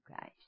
guys